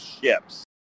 ships